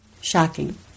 Shocking